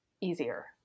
easier